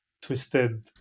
twisted